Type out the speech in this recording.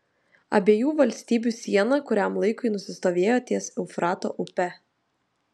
abiejų valstybių siena kuriam laikui nusistovėjo ties eufrato upe